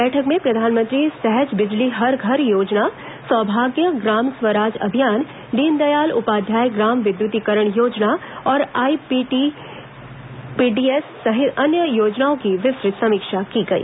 बैठक में प्रधानमंत्री सहज बिजली हर घर योजना सौभाग्य ग्राम स्वराज अभियान दीनदयाल उपाध्याय ग्राम विद्युतीकरण योजना और आईपीडीएस सहित अन्य योजनाओं की विस्तृत समीक्षा की गई